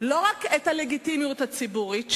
לא רק את הלגיטימיות הציבורית שלה,